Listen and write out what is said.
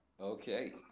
okay